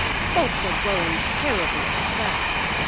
folks are growing terribly extravagant.